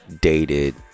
dated